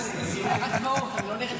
נערת גבעות.